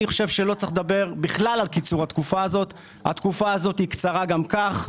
אני חושב שלא צריך לדבר בכלל על קיצור התקופה הזו; היא קצרה גם כך.